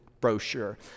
brochure